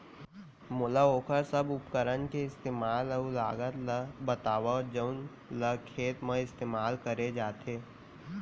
मोला वोकर सब उपकरण के इस्तेमाल अऊ लागत ल बतावव जउन ल खेत म इस्तेमाल करे जाथे?